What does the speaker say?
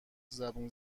زبون